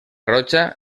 roja